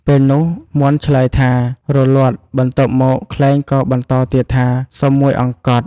ពេលនោះ មាន់ឆ្លើយថា «រលត់»បន្ទាប់មក ខ្លែងក៏បន្តទៀតថា «សុំមួយអង្កត់»។